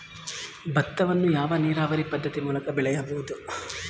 ಭತ್ತವನ್ನು ಯಾವ ನೀರಾವರಿ ಪದ್ಧತಿ ಮೂಲಕ ಬೆಳೆಯಬಹುದು?